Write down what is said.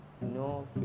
no